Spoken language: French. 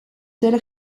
telle